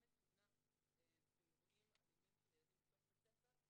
מתונה באירועים אלימים של ילדים בתוך בית הספר,